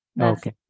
Okay